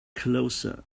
closer